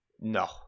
no